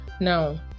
now